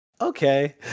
Okay